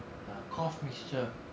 a cough mixture